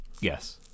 Yes